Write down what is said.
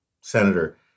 senator